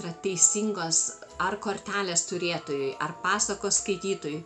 yra teisingos ar kortelės turėtojui ar pasakos skaitytojui